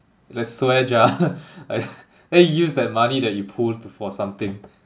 the swear jar like then you use that money that you pool for something